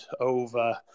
over